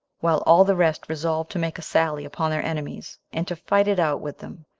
while all the rest resolved to make a sally upon their enemies, and to fight it out with them,